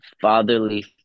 fatherly